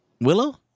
Willow